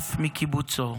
נחטף מקיבוצו,